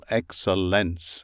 excellence